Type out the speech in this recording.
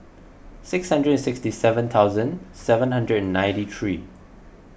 six hundred and sixty seven thousand seven hundred and ninety three